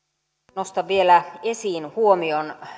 nostan vielä esiin huomion